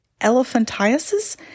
elephantiasis